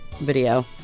video